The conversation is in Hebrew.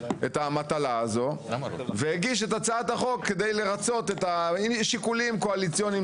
את המטלה הזו והגיש את הצעת החוק כדי לרצות את ה משיקולים קואליציוניים